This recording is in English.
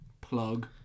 plug